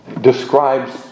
describes